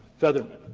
featherman,